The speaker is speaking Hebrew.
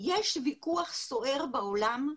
יש ויכוח סוער בעולם,